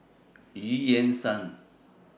EU Yan Sang